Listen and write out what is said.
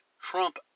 Trump